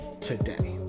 today